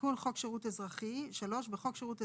תיקון חוק שירות אזרחי 3. בחוק שירות אזרחי,